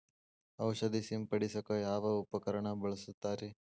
ಔಷಧಿ ಸಿಂಪಡಿಸಕ ಯಾವ ಉಪಕರಣ ಬಳಸುತ್ತಾರಿ?